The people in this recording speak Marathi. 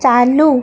चालू